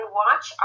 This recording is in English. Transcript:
watch